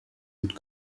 und